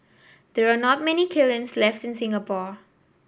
there are not many kilns left in Singapore